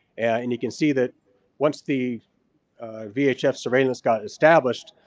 and you can see that once the vhf surveillance got established,